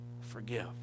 forgive